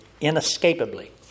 inescapably